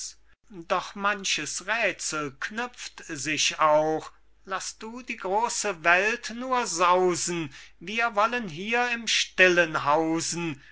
doch manches räthsel knüpft sich auch laß du die große welt nur sausen wir wollen hier im stillen hausen